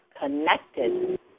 connected